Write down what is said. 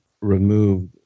removed